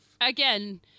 again